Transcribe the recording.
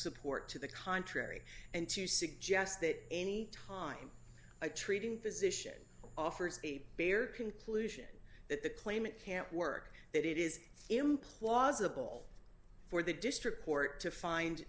support to the contrary and to suggest that any time a treating physician offers a bare conclusion that the claimant can't work that it is implausible for the district court to find